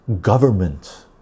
government